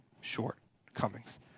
shortcomings